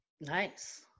Nice